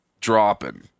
dropping